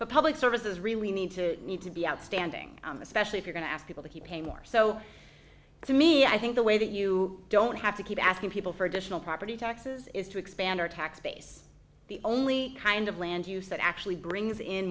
but public services really need to need to be outstanding especially if you're going to ask people to keep paying more so for me i think the way that you don't have to keep asking people for additional property taxes is to expand our tax base the only kind of land use that actually brings in